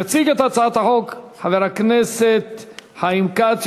יציג את הצעת החוק חבר הכנסת חיים כץ,